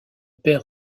perd